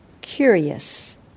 curious